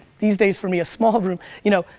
these days for me, a small room. you know,